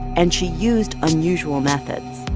and she used unusual methods.